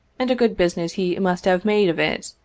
and a good business he must have made of it,